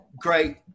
great